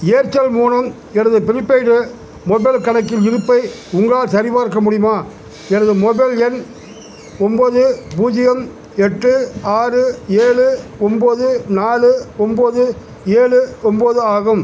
Airtel மூலம் எனது prepaid mobile கணக்கின் இருப்பை உங்களால் சரிபார்க்க முடியுமா எனது மொபைல் எண் ஒம்பது பூஜ்ஜியம் எட்டு ஆறு ஏழு ஒம்பது நாலு ஒம்பது ஏழு ஒம்பது ஆகும்